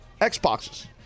Xboxes